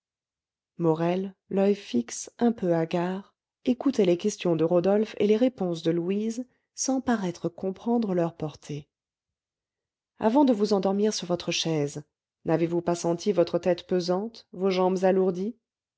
morel l'oeil fixe un peu hagard écoutait les questions de rodolphe et les réponses de louise sans paraître comprendre leur portée avant de vous endormir sur votre chaise n'avez-vous pas senti votre tête pesante vos jambes alourdies